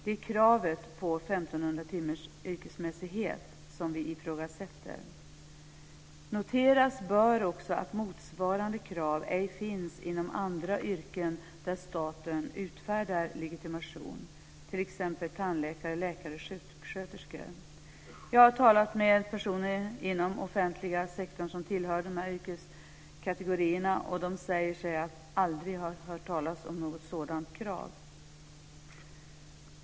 Det är kravet på 1 500 timmars yrkesverksamhet som vi ifrågasätter. Noteras bör också att motsvarande krav inte finns inom andra yrken där staten utfärdar legitimation, t.ex. vad gäller tandläkare, läkare och sjuksköterskor. Jag har talat med människor inom offentliga sektorn som tillhör dessa yrkeskategorier, och de säger sig aldrig ha hört talas om något sådant krav.